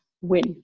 win